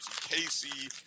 Casey